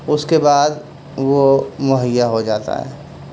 اس کے بعد وہ مہیا ہو جاتا ہے